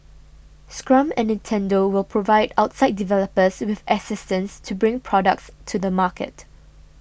Scrum and Nintendo will provide outside developers with assistance to bring products to the market